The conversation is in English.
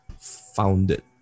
founded